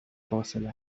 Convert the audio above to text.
فاصله